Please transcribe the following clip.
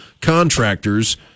Contractors